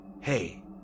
hey